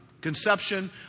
conception